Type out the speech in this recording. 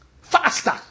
faster